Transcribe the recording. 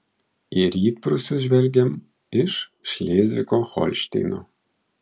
į rytprūsius žvelgiam iš šlėzvigo holšteino